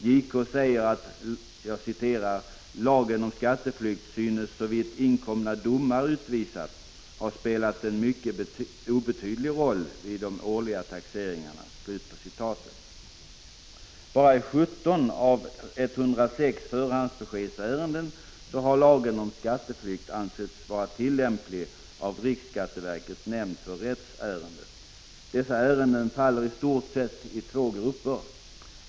JK säger: ”Lagen om skatteflykt synes såvitt inkomna domar utvisar ha spelat en mycket obetydlig roll vid de årliga taxeringarna.” Bara i 17 av 106 förhandsbeskedsärenden har lagen om skatteflykt ansetts vara tillämplig av riksskatteverkets nämnd för rättsärenden. Dessa ärenden finns i stort sett i två grupper.